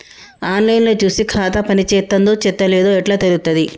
On line లో చూసి ఖాతా పనిచేత్తందో చేత్తలేదో ఎట్లా తెలుత్తది?